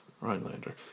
Rhinelander